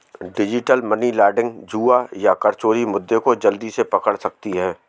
digital money laundering, जुआ या कर चोरी मुद्दे को जल्दी से पकड़ सकती है